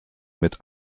mit